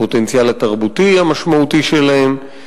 הפוטנציאל התרבותי המשמעותי שלהם.